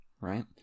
right